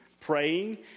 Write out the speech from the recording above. praying